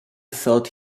thought